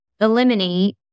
eliminate